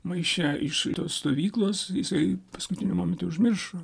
maiše iš tos stovyklos jisai paskutiniu momentu užmiršo